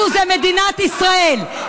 אנחנו זה מדינת ישראל.